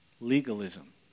legalism